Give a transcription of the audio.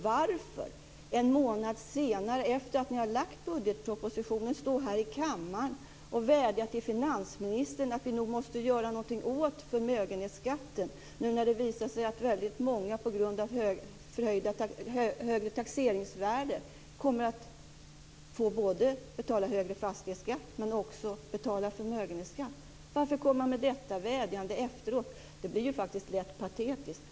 Varför en månad efter det att ni hade lagt fram budgetpropositionen stå här i kammaren och vädja till finansministern att vi måste göra någonting åt förmögenhetsskatten när det visar sig att väldigt många på grund av högre taxeringsvärden kommer att få både betala högre fastighetsskatt och betala förmögenhetsskatt? Varför komma med detta vädjande efteråt? Det blir faktiskt lätt patetiskt.